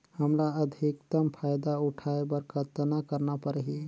हमला अधिकतम फायदा उठाय बर कतना करना परही?